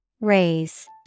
Raise